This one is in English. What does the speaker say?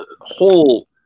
whole